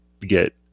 get